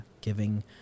giving